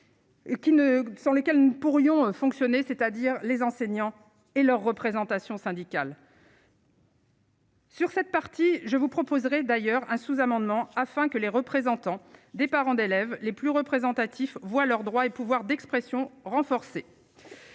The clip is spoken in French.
sans lesquelles nous pourrions un fonctionner, c'est-à-dire les enseignants et leur représentation syndicale. Sur cette partie je vous proposerai d'ailleurs un sous-amendement afin que les représentants des parents d'élèves les plus représentatifs, voient leurs droits et pouvoir d'expression renforcée.